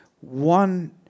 One